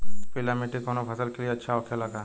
पीला मिट्टी कोने फसल के लिए अच्छा होखे ला?